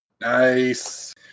Nice